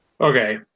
Okay